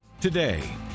Today